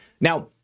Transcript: Now